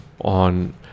on